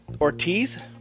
Ortiz